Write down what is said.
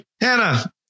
Hannah